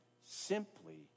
simply